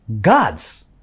God's